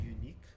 unique